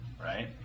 right